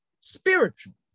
spiritual